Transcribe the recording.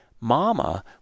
Mama